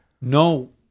No